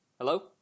Hello